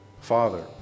Father